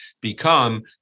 become